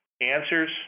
answers